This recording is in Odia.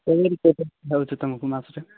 ସାଲେରୀ କେତେ ପାଉଛ ତମକୁ ମାସରେ